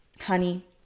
honey